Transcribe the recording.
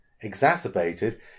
exacerbated